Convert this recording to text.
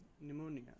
pneumonia